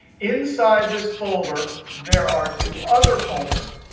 inside this folder, there are two other folders.